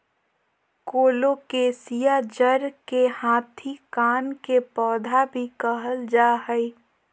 colocasia जड़ के हाथी कान के पौधा भी कहल जा हई